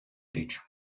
річ